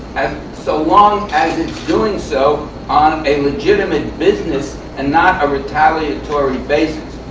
and so long as it's doing so on a legitimate business and not a retaliatory basis.